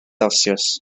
celsius